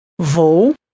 Vou